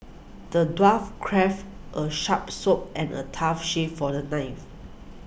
the dwarf crafted a sharp sword and a tough shield for the knight